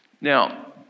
Now